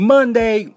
Monday